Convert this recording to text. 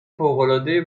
فوقالعاده